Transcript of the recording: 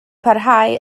parhau